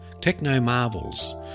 Techno-marvels